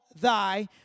thy